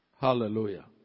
Hallelujah